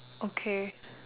okay